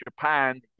Japan